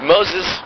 Moses